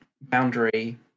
boundary